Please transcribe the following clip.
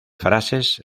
frases